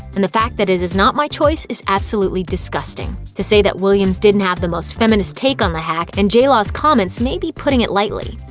and the fact that it is not my choice is absolutely disgusting. to say that williams didn't have the most feminist take on the hack and jlaw's comments may be putting it lightly.